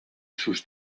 sus